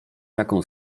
taką